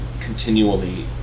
continually